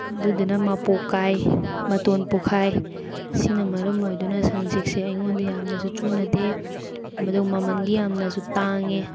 ꯑꯗꯨꯗꯨꯅ ꯃꯄꯣꯞ ꯀꯥꯏ ꯃꯇꯣꯜ ꯄꯣꯛꯈꯥꯏ ꯁꯤꯅ ꯃꯔꯝ ꯑꯣꯏꯗꯨꯅ ꯁꯟꯁꯤꯜꯛꯁꯦ ꯑꯩꯉꯣꯟꯗ ꯌꯥꯝꯅꯁꯨ ꯆꯨꯅꯗꯦ ꯃꯗꯣ ꯃꯃꯟꯗꯤ ꯌꯥꯝꯅꯁꯨ ꯇꯥꯡꯉꯦ